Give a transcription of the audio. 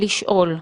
לשאול.